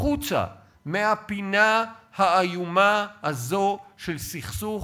החוצה מהפינה האיומה הזו של סכסוך